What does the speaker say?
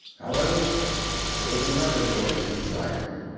however there was another voice inside him,